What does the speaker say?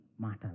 matters